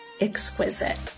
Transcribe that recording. exquisite